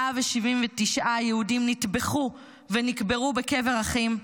179 יהודים נטבחו ונקברו בקבר אחים,